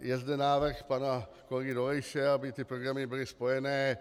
Je zde návrh pana kolegy Dolejše, aby ty programy byly spojené.